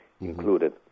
included